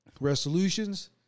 Resolutions